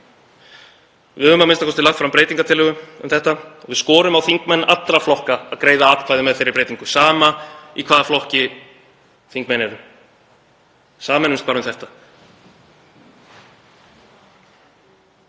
Við höfum a.m.k. lagt fram breytingartillögu um þetta. Við skorum á þingmenn allra flokka að greiða atkvæði með þeirri breytingu, sama í hvaða flokki þingmenn eru, sameinumst bara um þetta.